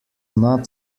not